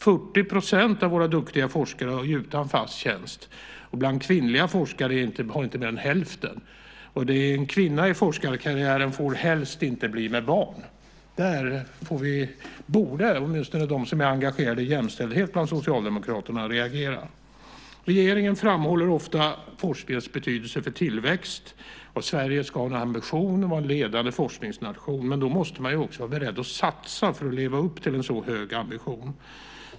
40 % av våra duktiga forskare är utan fast tjänst, bland kvinnliga forskare har inte mer än hälften det. En kvinna i forskarkarriären får helst inte bli med barn. Där borde åtminstone de som är engagerade i jämställdhet bland Socialdemokraterna reagera. Regeringen framhåller ofta forskningens betydelse för tillväxt. Sverige ska ha ambitionen att vara en ledande forskningsnation, men då måste man vara beredd att satsa för att leva upp till en så hög ambition.